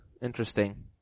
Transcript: Interesting